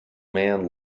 man